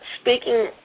speaking